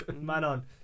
Manon